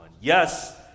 Yes